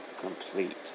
complete